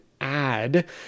add